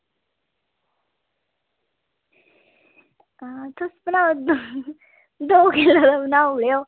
हां तुस सनाओ दो केक बनाई ओड़ेओ